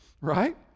right